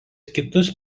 kitus